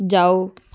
ਜਾਓ